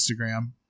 Instagram